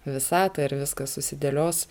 visatą ir viskas susidėlios